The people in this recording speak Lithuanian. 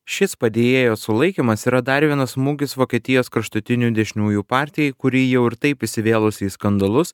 šis padėjėjo sulaikymas yra dar vienas smūgis vokietijos kraštutinių dešiniųjų partijai kuri jau ir taip įsivėlusi į skandalus